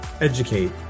educate